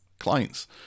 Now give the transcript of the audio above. Clients